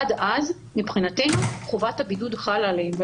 עד אז מבחינתנו חובת הבידוד חלה עליהם.